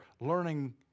learning